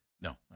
No